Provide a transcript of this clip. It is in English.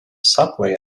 subway